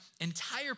entire